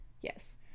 Yes